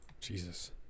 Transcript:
Jesus